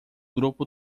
grupo